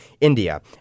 India